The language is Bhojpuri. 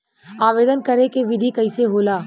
आवेदन करे के विधि कइसे होला?